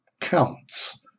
counts